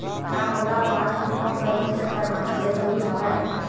का मोला पासबुक म प्रविष्ट करवाना ज़रूरी हवय?